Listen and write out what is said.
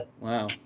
wow